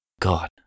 God